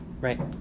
Right